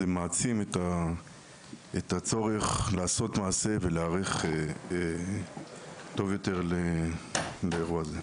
זה מעצים את הצורך לעשות מעשה ולהיערך טוב יותר לאירוע הזה.